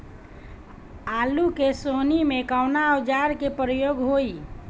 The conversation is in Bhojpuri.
आलू के सोहनी में कवना औजार के प्रयोग होई?